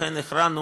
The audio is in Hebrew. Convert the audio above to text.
לכן הכרענו